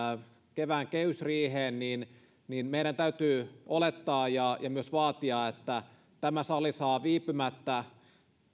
kevään kehysriiheen niin niin meidän täytyy olettaa ja ja myös vaatia että tämä sali saa viipymättä käsiteltäväksi